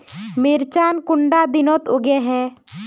मिर्चान कुंडा दिनोत उगैहे?